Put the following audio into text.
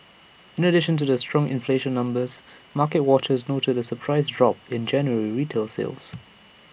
in addition to the strong inflation numbers market watchers the surprise drop in January retail sales